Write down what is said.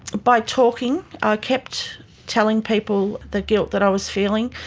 by talking. i kept telling people the guilt that i was feeling.